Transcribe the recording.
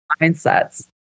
mindsets